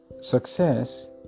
Success